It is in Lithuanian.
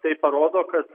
tai parodo kad